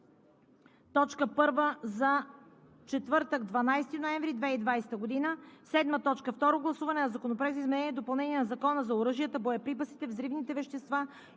точка първа за четвъртък, 12 ноември 2020 г. 7. Второ гласуване на Законопроекта за изменение и допълнение на Закона за оръжията, боеприпасите, взривните вещества